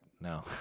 no